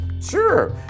Sure